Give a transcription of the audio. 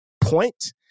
point